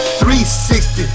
360